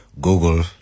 Google